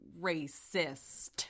racist